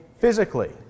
physically